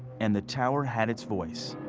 and the tower had its voice.